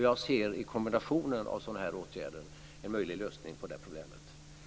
Jag ser en möjlig lösning på detta problem i kombinationen av dessa åtgärder.